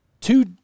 two